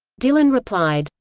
dylan replied,